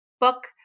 book